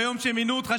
ביום שמינו אותך,